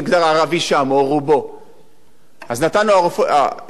אז נתנו עדיפות בכמה תוכניות,